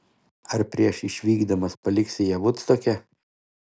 ar prieš išvykdamas paliksi ją vudstoke